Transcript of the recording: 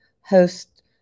host